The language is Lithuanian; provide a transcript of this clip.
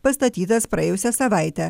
pastatytas praėjusią savaitę